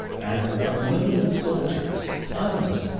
and unlimited soldiers tons,